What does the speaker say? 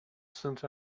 saint